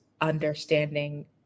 understanding